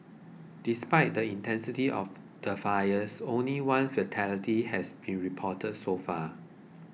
despite the intensity of the fires only one fatality has been reported so far